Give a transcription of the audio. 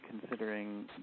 considering